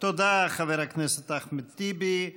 תודה לחבר הכנסת אחמד טיבי.